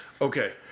Okay